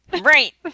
Right